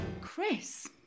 Chris